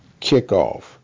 kickoff